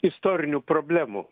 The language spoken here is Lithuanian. istorinių problemų